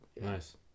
Nice